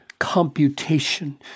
Computation